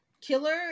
killer